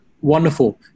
wonderful